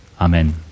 Amen